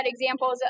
examples